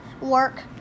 work